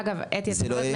אגב --- זה לא יהיה מיון.